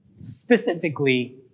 specifically